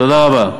תודה רבה.